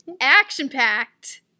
action-packed